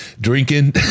drinking